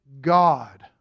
god